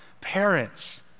parents